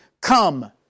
come